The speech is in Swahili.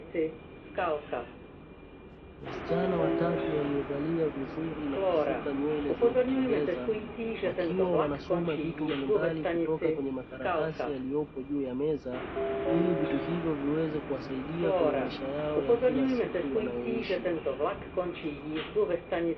Wasichana watatu waliovalia vizuri na kusuka nywele za kupendeza, wakiwa wanasoma vitu mbalimbali kutoka kwenye makaratasi yaliyopo juu ya meza, ili vitu hivyo viweze kuwasaidia katika maisha yao ya kila siku wanayoishi.